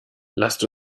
lass